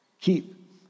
Keep